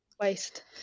Waste